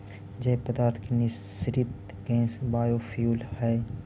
जैव पदार्थ के निःसृत गैस बायोफ्यूल हई